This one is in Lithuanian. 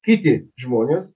kiti žmonės